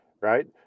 right